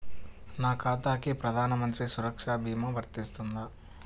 నా ఖాతాకి ప్రధాన మంత్రి సురక్ష భీమా వర్తిస్తుందా?